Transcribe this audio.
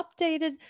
updated